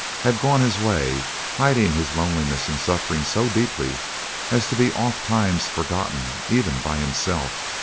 had gone his way, hiding his loneliness and suffering so deeply as to be ofttimes forgotten even by himself,